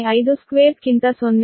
052 ಕ್ಕಿಂತ 0